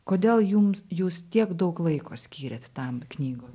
kodėl jums jūs tiek daug laiko skyrėt tam knygoj